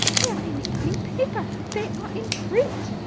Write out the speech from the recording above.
they are in the evening paper. they are in print.